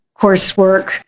coursework